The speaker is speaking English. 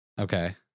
Okay